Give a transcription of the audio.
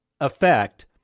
effect